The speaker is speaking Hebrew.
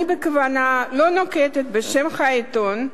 אני בכוונה לא נוקבת בשם העיתון,